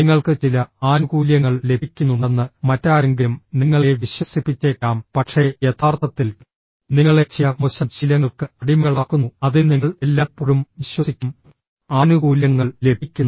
നിങ്ങൾക്ക് ചില ആനുകൂല്യങ്ങൾ ലഭിക്കുന്നുണ്ടെന്ന് മറ്റാരെങ്കിലും നിങ്ങളെ വിശ്വസിപ്പിച്ചേക്കാം പക്ഷേ യഥാർത്ഥത്തിൽ നിങ്ങളെ ചില മോശം ശീലങ്ങൾക്ക് അടിമകളാക്കുന്നു അതിൽ നിങ്ങൾ എല്ലായ്പ്പോഴും വിശ്വസിക്കും ആനുകൂല്യങ്ങൾ ലഭിക്കുന്നു